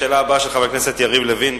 השאלה הבאה, של חבר הכנסת יריב לוין.